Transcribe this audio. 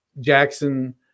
Jackson